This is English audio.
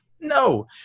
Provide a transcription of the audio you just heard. no